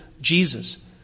Jesus